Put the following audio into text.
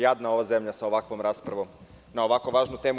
Jadna ova zemlja sa ovakvom raspravom na ovako važnu temu.